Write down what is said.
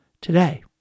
today